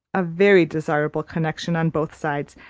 a very desirable connection on both sides,